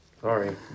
Sorry